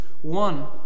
one